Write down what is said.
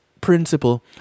principle